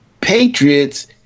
patriots